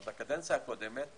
עוד בקדנציה הקודמת,